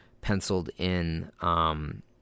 penciled-in